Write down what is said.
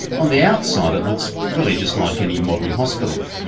on the outside it looks really just like any modern hospital,